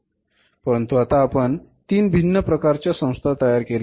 परंतु आता आपण तीन भिन्न प्रकारच्या संस्था तयार केल्या आहेत